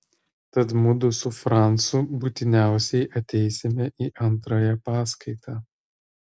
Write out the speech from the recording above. tad mudu su francu būtiniausiai ateisime į antrąją paskaitą